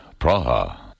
Praha